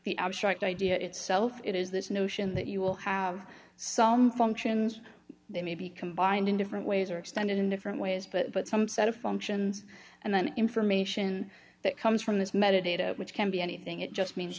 the abstract idea itself it is this notion that you will have so many functions they may be combined in different ways or extended in different ways but some set of functions and then information that comes from this metadata which can be anything it just means